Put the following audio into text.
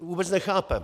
To vůbec nechápeme.